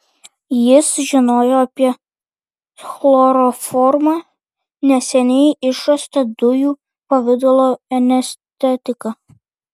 jis žinojo apie chloroformą neseniai išrastą dujų pavidalo anestetiką